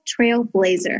trailblazer